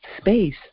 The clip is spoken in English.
space